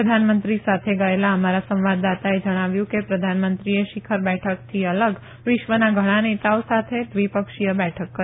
પ્રધાનમંત્રી સાથે ગયેલા અમારા સંવાદદાતાએ જણાવ્યું કે પ્રધાનમંત્રીએ શિખર બેઠકથી અલગ વિશ્વના ઘણા નેતાઓ સાથે દ્વિપક્ષીય બેઠક કરી